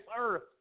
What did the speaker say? earth